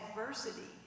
adversity